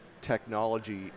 technology